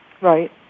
Right